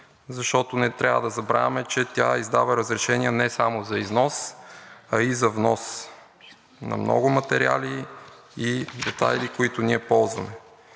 защото не трябва да забравяме, че тя издава разрешение не само за износ, а и за внос на много материали и детайли, които ние ползваме,